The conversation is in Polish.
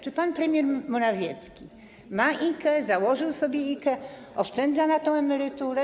Czy pan premier Morawiecki ma IKE, założył sobie IKE, oszczędza na tę emeryturę?